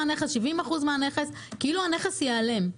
70% מהנכס כאילו הנכס ייעלם.